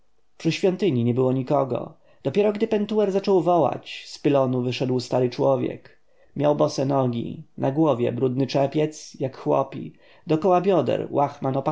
przy świątyni nie było nikogo dopiero gdy pentuer zaczął wołać z pylonu wyszedł stary człowiek miał bose nogi na głowie brudny czepiec jak chłopi dokoła bioder łachman opaski a na